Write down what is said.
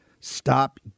Stop